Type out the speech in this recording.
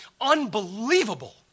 unbelievable